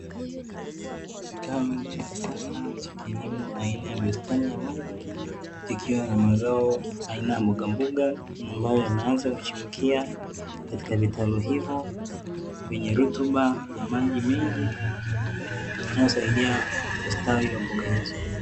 Kitalu cha kisasa cha kilimo aina ya bustani ya maji kikiwa na mazao aina ya mbogamboga ambayo yanaanza kuchipukia katika vitalu hivyo vyenye rutuba ya maji mengi inayosaidia ustawi wa mboga hizo.